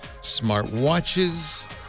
smartwatches